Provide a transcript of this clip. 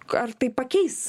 ar tai pakeis